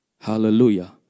Hallelujah